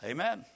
Amen